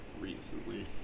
recently